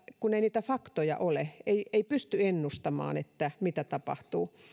kun ei niitä faktoja ole ei ei pysty ennustamaan mitä tapahtuu